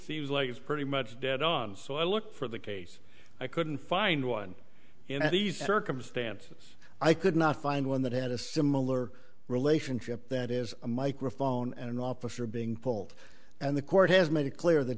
seems like it's pretty much dead on so i looked for the case i couldn't find one in these circumstances i could not find one that had a similar relationship that is a microphone and an officer being polled and the court has made it clear that